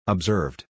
Observed